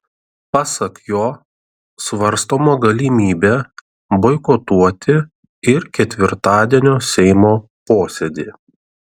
pasak jo svarstoma galimybė boikotuoti ir ketvirtadienio seimo posėdį